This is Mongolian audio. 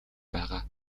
байгаа